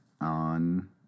on